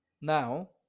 Now